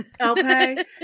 Okay